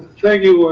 thank you